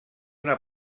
una